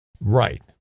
right